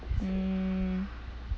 mm